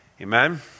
Amen